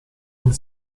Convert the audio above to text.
nel